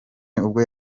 ubwo